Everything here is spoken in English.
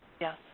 Yes